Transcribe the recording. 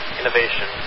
innovation